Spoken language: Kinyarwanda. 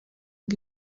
ngo